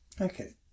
Okay